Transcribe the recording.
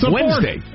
Wednesday